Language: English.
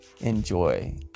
enjoy